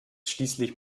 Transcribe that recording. schließlich